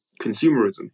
consumerism